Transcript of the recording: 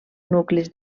nuclis